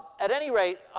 at any rate,